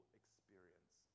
experience